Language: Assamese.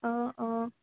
অঁ অঁ